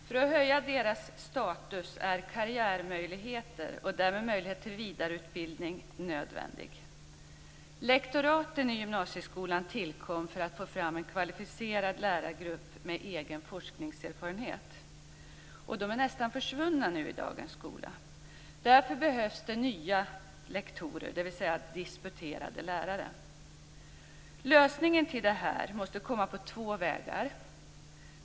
För att höja deras status är karriärmöjligheter och därmed möjligheter till vidareutbildning nödvändig. Lektoraten i gymnasieskolan tillkom för att få fram en kvalificerad lärargrupp med egen forskningserfarenhet. Lektorerna är nästan försvunna i dagens skola. Därför behövs det nya lektorer, dvs. disputerade lärare. Lösningen till detta måste komma på två vägar.